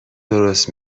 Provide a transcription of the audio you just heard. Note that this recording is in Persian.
درست